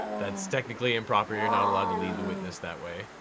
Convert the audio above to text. that's technically improper. you're not allowed to lead the witness that way,